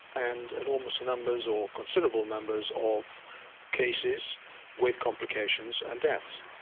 and enormous numbers or considerable numbers of cases with complications and deaths,